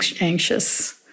anxious